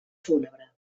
fúnebre